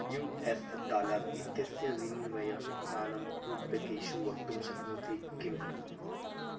you S dollar इत्यस्य विनिमयमानं रूप्यकेषु वक्तुं शक्नोति किम्